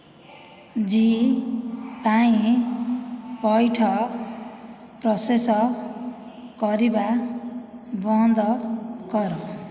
ଜୀ ପାଇଁ ପଇଠ ପ୍ରୋସେସ୍ କରିବା ବନ୍ଦ କର